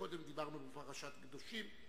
קודם דיברנו בפרשת קדושים.